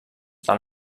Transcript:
del